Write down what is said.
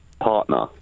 Partner